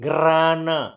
Grana